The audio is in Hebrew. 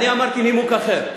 אמרתי נימוק אחר,